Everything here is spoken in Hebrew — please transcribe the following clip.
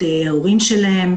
על כל המשמעויות הנלוות שלו,